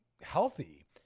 healthy